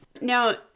now